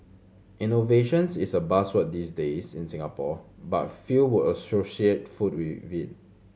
innovations is a buzzword these days in Singapore but few would associate food with in